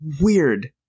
weird